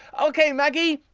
ok maggie,